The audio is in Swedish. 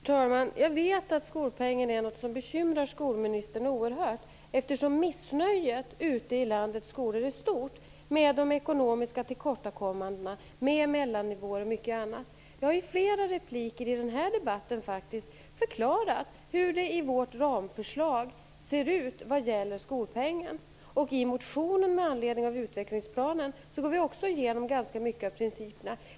Fru talman! Jag vet att skolpengen är något som bekymrar skolministern oerhört, eftersom missnöjet ute i landets skolor är stort med de ekonomiska tillkortakommandena, med mellannivåer och mycket annat. Jag har i flera repliker i den här debatten faktiskt förklarat hur det ser ut i vårt ramförslag vad gäller skolpengen. I motionen med anledning av utvecklingsplanen går vi också igenom ganska mycket av principerna.